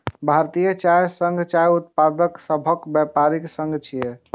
भारतीय चाय संघ चाय उत्पादक सभक व्यापारिक संघ छियै